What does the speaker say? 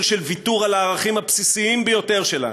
של ויתור על הערכים הבסיסיים ביותר שלנו,